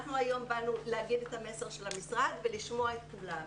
באנו להגיד את המסר של המשרד ולשמוע את כולם,